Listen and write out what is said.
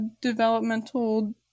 developmental